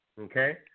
Okay